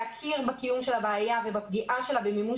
להכיר בקיום של הבעיה ובפגיעה שלה במימוש